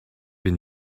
been